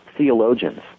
theologians